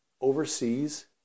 overseas